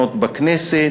שונות בכנסת,